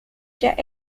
jet